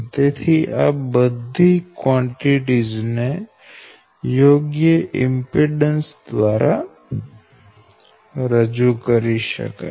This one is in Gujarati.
તેથી આ બધી કવાંટીટીઝ ને યોગ્ય ઇમ્પીડેન્સ દ્વારા રજૂ કરી શકાય છે